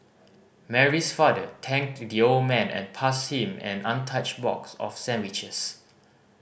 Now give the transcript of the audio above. Mary's father thanked the old man and passed him an untouched box of sandwiches